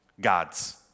God's